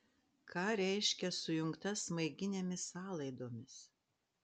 ką reiškia sujungta smaiginėmis sąlaidomis